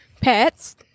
pets